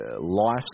life